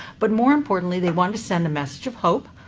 but more importantly, they wanted to send a message of hope.